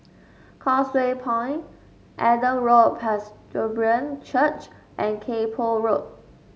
Causeway Point Adam Road Presbyterian Church and Kay Poh Road